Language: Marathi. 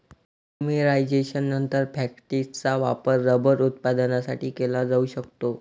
पॉलिमरायझेशननंतर, फॅक्टिसचा वापर रबर उत्पादनासाठी केला जाऊ शकतो